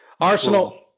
Arsenal